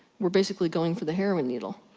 we're basically going for the heroin needle.